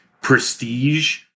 prestige